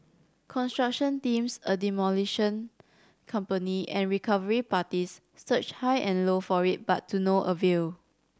construction teams a demolition company and recovery parties search high and low for it but to no avail